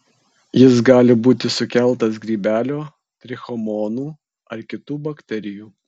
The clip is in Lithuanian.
jis gali būti sukeltas grybelio trichomonų ar kitų bakterijų